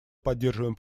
поддерживаем